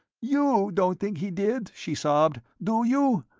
you don't think he did, she sobbed, do you?